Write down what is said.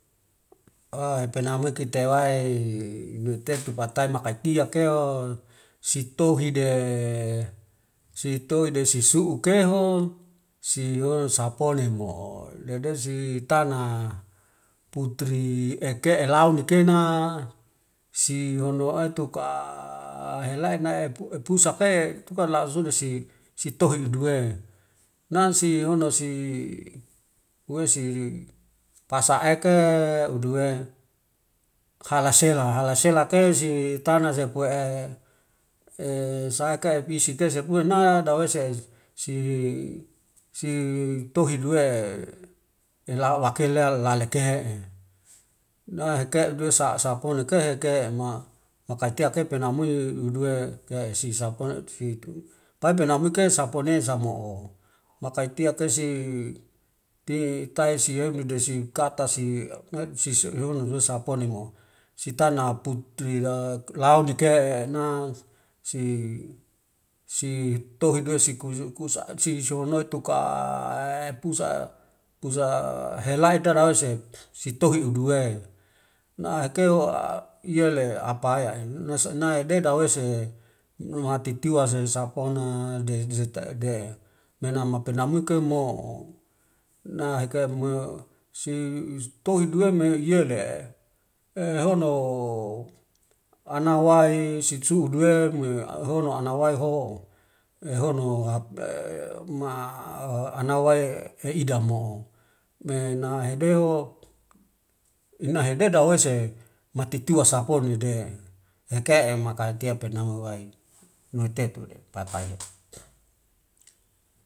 hepe namue kite wai nitetu patai makatia keho sitohi de sitohide si su'u keho siono saponemo'o ledesi tana putri ikei launi kena si hono etuka helai naepusake tukan lausuda si titohi uduwe nasi hono si uwesi pasaeke uduwe hlasela, halaselake si tana sepue saaike ipesi kisepuina dawese si si tohi duwe elawakela lala ke'e naheke duwesa sapona kehe ke ema makaitia kae panamui muduwe kesi sapona si. Pai penamuke sapone samo'o makai tiake si ti taisiemi dasi kata si sihoni saponemo, si tana putria laudike na si tohi duwesi ku tohi duwesi si honoi tuka pusa, pusa helai dada wese sitohi hudu uduwe mahaikeo iyele apaya. nasenaide dawase mahatitiwa sesapon de menam penamuike mo'o nahike nue si tohi duweme iyele ehono anawai idamo'o me nahedeo inadede dawese matitiwa saponede'e eke makaitia penamu wai nuitertude paipai